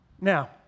Now